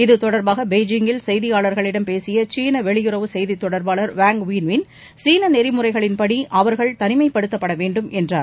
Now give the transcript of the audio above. இது தொடர்பாக பீஜிங்கில் செய்தியாளர்களிடம் பேசிய சீன வெளியுறவு செய்தி தொடர்பாளர் வாய் வெள்வின் சீன நெறிமுறைகளின் படி அவர்கள் தனிமைப்படுத்தப் பட வேண்டும் என்றார்